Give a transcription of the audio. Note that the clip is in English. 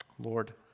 Lord